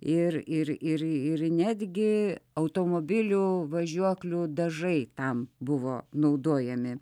ir ir ir ir netgi automobilių važiuoklių dažai tam buvo naudojami